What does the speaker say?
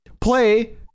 play